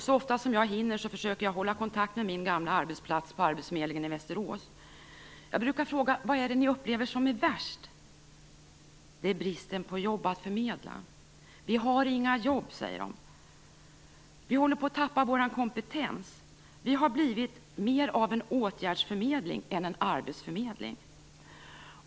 Så ofta som jag hinner försöker jag hålla kontakt med min gamla arbetsplats på arbetsförmedlingen i Västerås. Jag brukar fråga: Vad upplever ni är värst? Det är bristen på jobb att förmedla, vi har inga jobb, säger de. Vi håller på att tappa vår kompetens. Vi har blivit mer av en åtgärdsförmedling än en arbetsförmedling.